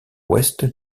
ouest